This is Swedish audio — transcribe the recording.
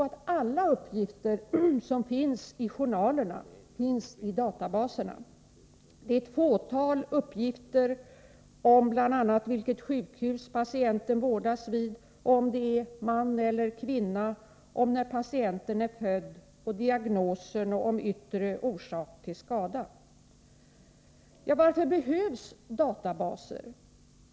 Alla uppgifter som står i journalerna finns inte i databaserna. Det är bara ett fåtal uppgifter, bl.a. vilket sjukhus som patienten vårdas vid, om det är en man eller en kvinna, när patienten är född, diagnosen och yttre orsaker till skada. Varför behövs databaser?